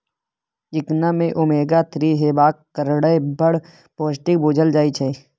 चिकना मे omega three हेबाक कारणेँ बड़ पौष्टिक बुझल जाइ छै